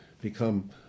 become